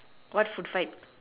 what food fight